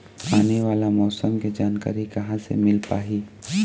आने वाला मौसम के जानकारी कहां से मिल पाही?